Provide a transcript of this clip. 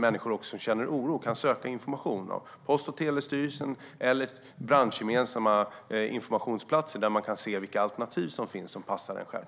Människor som känner oro kan söka information hos Post och telestyrelsen eller på branschgemensamma informationsplatser, där man kan se vilka alternativ som finns som passar en själv.